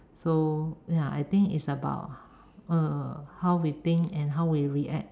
so ya I think it's about how we think and how we react